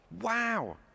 Wow